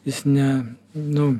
jis ne nu